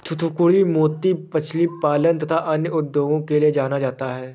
थूथूकुड़ी मोती मछली पालन तथा अन्य उद्योगों के लिए जाना जाता है